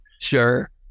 Sure